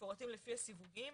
מפורטים לפי הסיווגים,